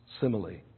simile